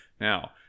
Now